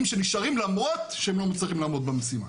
שנשארים למרות שהם לא מצליחים לעמוד במשימה.